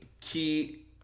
key